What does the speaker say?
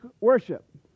worship